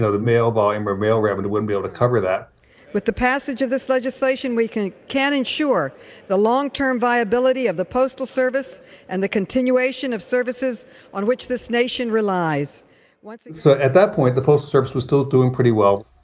so the mail volume of mail revenue wouldn't be able to cover that with the passage of this legislation, we can can insure the long term viability of the postal service and the continuation of services on which this nation relies so at that point, the postal service was still doing pretty well.